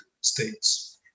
states